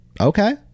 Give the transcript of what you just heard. Okay